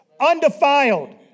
undefiled